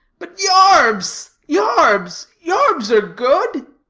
but yarbs, yarbs yarbs are good?